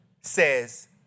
says